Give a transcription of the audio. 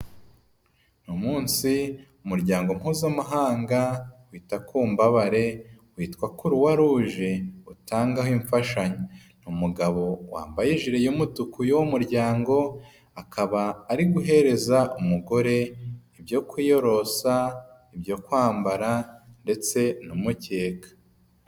Umunsi umuryango mpuzamahanga wita kumbabare witwa croix rouge utangaho imfashanyo. Umugabo wambaye ijire y'umutuku y'uwo muryango akaba ari guhereza umugore ibyo kwiyorosa ibyo kwambara ndetse n'umukeka.